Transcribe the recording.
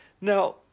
Now